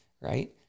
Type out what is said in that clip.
Right